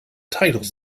titles